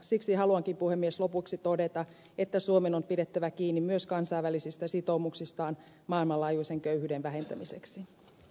siksi haluankin puhemies lopuksi todeta että suomen on pidettävä kiinni myös kansainvälisistä sitoutumuksistaan maailmanlaajuisen köyhyyden vähentämiseksi